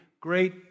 Great